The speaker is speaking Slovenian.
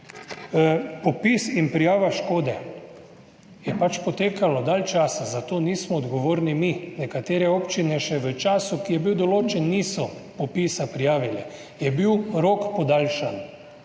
Popis in prijava škode je pač potekalo dalj časa, za to nismo odgovorni mi. Nekatere občine še v času, ki je bil določen, niso popisa prijavile. Je bil rok podaljšan,